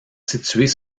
situées